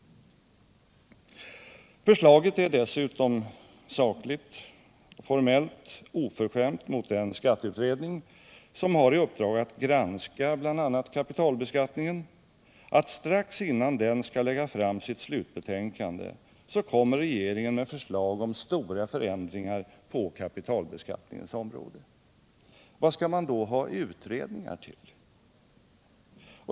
Förslaget är dessutom sakligt och formellt oförskämt mot den skatteutredning som har i uppdrag att granska bl.a. kapitalbeskattningen. Strax innan den skall lägga fram sitt slutbetänkande kommer regeringen med förslag om stora förändringar på kapitalbeskattningens område. Vad skall man då ha utredningar till?